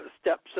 steps